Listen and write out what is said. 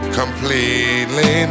completely